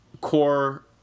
core